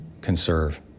conserve